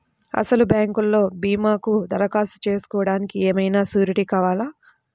అసలు బ్యాంక్లో భీమాకు దరఖాస్తు చేసుకోవడానికి ఏమయినా సూరీటీ కావాలా?